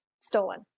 stolen